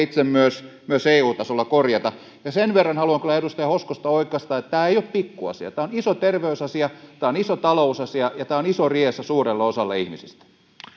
myös itse eu tasolla korjata sen verran haluan kyllä edustaja hoskosta oikaista että tämä ei ole pikkuasia tämä on iso terveysasia tämä on iso talousasia ja tämä on iso riesa suurelle osalle ihmisistä